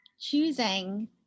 choosing